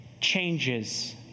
changes